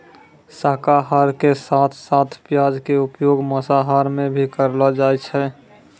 शाकाहार के साथं साथं प्याज के उपयोग मांसाहार मॅ भी करलो जाय छै